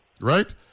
right